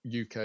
UK